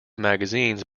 magazines